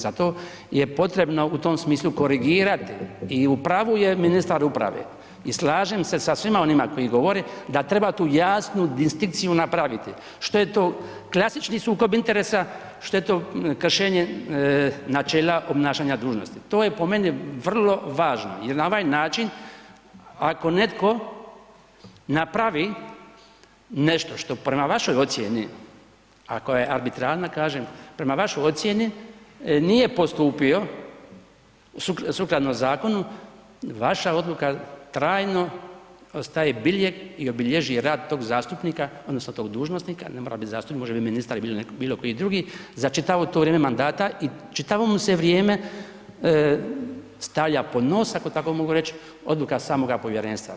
Zato je potrebno u tom smislu korigirati i u pravu je ministar uprave i slažem se sa svima onima koji govore da treba tu jasnu distinkciju napraviti, što je to klasični sukob interesa, što je to kršenje načela obnašanja dužnosti, to je po meni vrlo važno jel na ovaj način ako netko napravi nešto što prema vašoj ocijeni, a koja je arbitrarna, kažem prema vašoj ocijeni nije postupio sukladno zakonu, vaša odluka trajno ostaje biljeg i obilježi rad tog zastupnika odnosno tog dužnosnika, ne mora bit zastupnik, može biti ministar ili bilo koji drugi, za čitavo to vrijeme mandata i čitavo mu se vrijeme stavlja pod nos, ako tako mogu reć, odluka samoga povjerenstva.